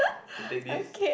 can take this